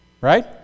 Right